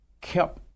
kept